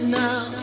now